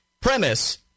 premise